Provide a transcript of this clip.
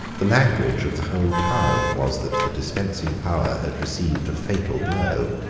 the language of the whole town was that the dispensing power had received a fatal blow.